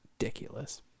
ridiculous